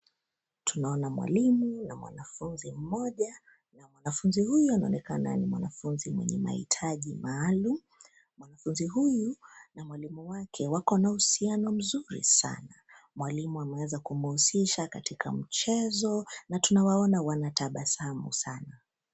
Tunaona mwalimu na mwanafunzi mmoja, na mwanafunzi huyu anaonekana ni mwanafunzi mwenye mahitaji maalum, mwanafunzi huyu, na mwalimu wake, wako na uhusiano mzuri sana, mwalimu ameweza kumhusisha katika mchezo na tunawaona wanatabasamu sana.